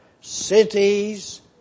cities